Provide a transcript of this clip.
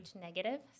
negative